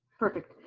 perfect,